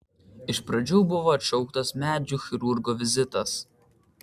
iš pradžių buvo atšauktas medžių chirurgo vizitas